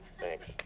thanks